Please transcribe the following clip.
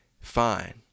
fine